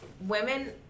women